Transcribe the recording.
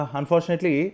unfortunately